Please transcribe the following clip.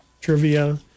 Trivia